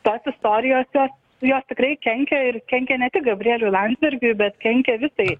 tos istorijose jos tikrai kenkia ir kenkia ne tik gabrieliui landsbergiui bet kenkia visai